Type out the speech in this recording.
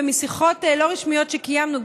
ומשיחות לא רשמיות שקיימנו,